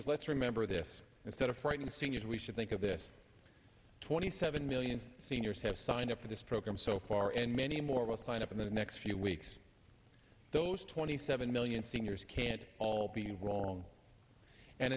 rs let's remember this instead of frightened seniors we should think of this twenty seven million seniors have signed up for this program so far and many more will sign up in the next few weeks those twenty seven million seniors can't all be wrong and